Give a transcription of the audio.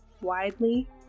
widely